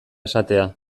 esatea